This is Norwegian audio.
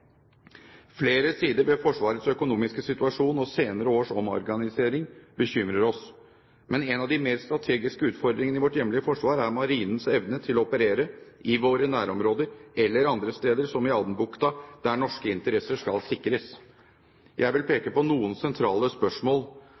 Flere sider ved Forsvarets økonomiske situasjon og senere års omorganisering bekymrer oss, men en av de mer strategiske utfordringene i vårt hjemlige forsvar er Marinens evne til å operere i våre nærområder eller andre steder, som i Adenbukten, der norske interesser skal sikres. Jeg vil peke på noen sentrale spørsmål: